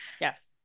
Yes